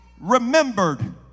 remembered